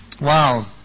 Wow